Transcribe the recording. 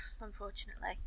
Unfortunately